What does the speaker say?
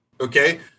Okay